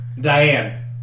Diane